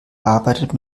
arbeitet